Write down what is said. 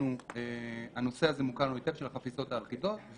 הנושא של החפיסות האחידות מוכר לנו היטב.